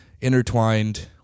intertwined